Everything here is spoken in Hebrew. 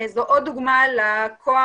זו עוד דוגמה לכוח,